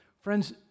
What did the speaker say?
Friends